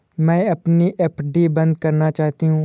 मैं अपनी एफ.डी बंद करना चाहती हूँ